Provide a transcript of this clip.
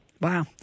Wow